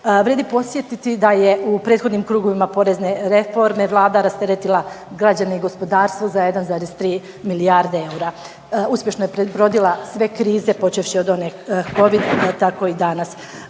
Vrijedi podsjetiti da je u prethodnim krugovima porezne reforme Vlada rasteretila građane i gospodarstvo za 1,3 milijarde eura. Uspješno je prebrodila sve krize počevši od one covid pa tako i danas.